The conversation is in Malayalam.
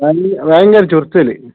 വാലി ഭയങ്കര ചൊറിച്ചിൽ